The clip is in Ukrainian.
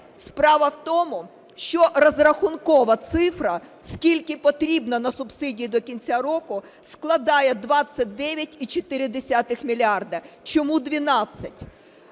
справа в тому, що розрахункова цифра скільки потрібно на субсидії до кінця року складає 29,4 мільярда. Чому 12?